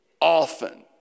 Often